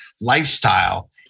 lifestyle